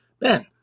Ben